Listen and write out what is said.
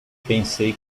pensei